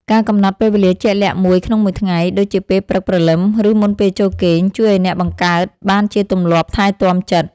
ការកំណត់ពេលវេលាជាក់លាក់មួយក្នុងមួយថ្ងៃ ដូចជាពេលព្រឹកព្រលឹម ឬមុនពេលចូលគេង ជួយឱ្យអ្នកបង្កើតបានជាទម្លាប់ថែទាំចិត្ត។